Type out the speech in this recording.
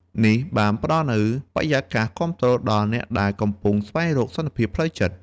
នេះបានផ្តល់នូវបរិយាកាសគាំទ្រដល់អ្នកដែលកំពុងស្វែងរកសន្តិភាពផ្លូវចិត្ត។